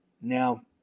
Now